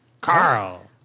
Carl